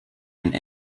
and